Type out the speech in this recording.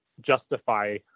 justify